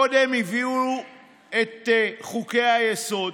קודם הביאו את חוקי-היסוד